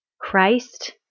Christ